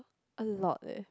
a lot leh